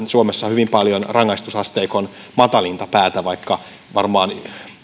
suomessa käytetään hyvin paljon rangaistusasteikon matalinta päätä vaikka varmaan